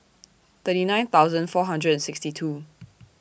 thirty nine thousand four hundred and sixty two